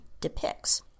depicts